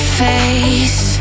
face